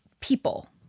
people